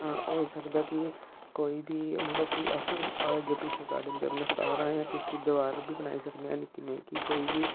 होई सकदा कि कोई बी मतलब कि अस आगे पीछे गार्डन दे अपने तारां जां किश बी दीवार बी बनाई सकने आं निक्की नेही कि कोई बी